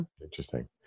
Interesting